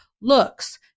looks